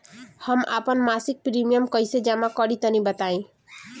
हम आपन मसिक प्रिमियम कइसे जमा करि तनि बताईं?